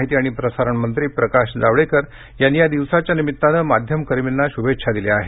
माहिती आणि प्रसारण मंत्री प्रकाश जावडेकर यांनी या दिवसाच्या निमित्तानं माध्यमकर्मींना शुभेच्छा दिल्या आहेत